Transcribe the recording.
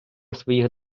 своїх